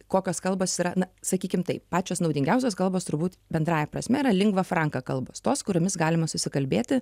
kokios kalbos yra na sakykim taip pačios naudingiausios kalbos turbūt bendrąja prasme yra lingva franka kalbos tos kuriomis galima susikalbėti